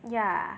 yeah